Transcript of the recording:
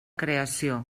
creació